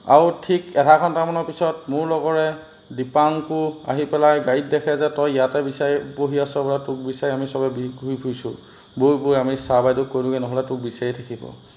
আৰু ঠিক আধা ঘণ্টামানৰ পিছত মোৰ লগৰে দীপাংকু আহি পেলাই গাড়ীত দেখে যে তই ইয়াতে বিচাৰি বহি আছ তোক বিচাৰি আমি চবে ঘূৰি ফুৰিছোঁ বৈ বৈ আমি ছাৰ বাইদেউ কৈ দিওঁগৈ নহ'লে তোক বিচাৰিয়ে থাকিব